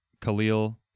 khalil